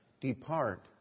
depart